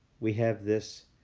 we have this